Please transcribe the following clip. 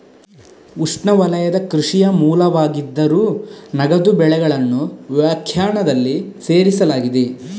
ಉಷ್ಣವಲಯದ ಕೃಷಿಯ ಮೂಲವಾಗಿದ್ದರೂ, ನಗದು ಬೆಳೆಗಳನ್ನು ವ್ಯಾಖ್ಯಾನದಲ್ಲಿ ಸೇರಿಸಲಾಗಿದೆ